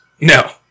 No